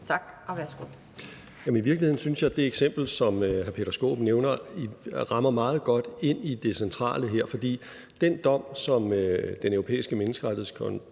(Nick Hækkerup): I virkeligheden synes jeg, at det eksempel, som hr. Peter Skaarup nævner, rammer meget godt ind i det centrale her. Den dom, som Den Europæiske Menneskerettighedsdomstol